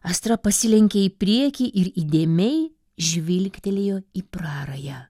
astra pasilenkė į priekį ir įdėmiai žvilgtelėjo į prarają